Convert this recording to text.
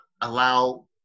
allow